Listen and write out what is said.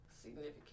significant